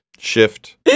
Shift